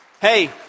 Hey